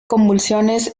convulsiones